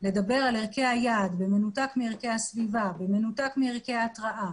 לדבר על ערכי היעד במנותק מערכי הסביבה ובמנותק מערכי התראה,